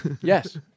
Yes